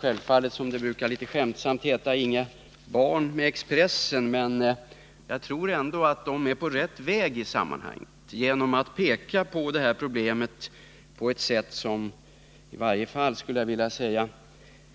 Självfallet har jag, som det litet skämtsamt brukar heta, inga barn med Expressen, men jag tror ändå att man där är på rätt väg i sammanhanget genom att peka på det här problemet på ett sätt som i varje fall